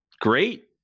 great